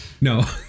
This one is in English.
No